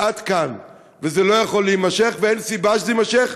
עד כאן, זה לא יכול להימשך ואין סיבה שזה יימשך.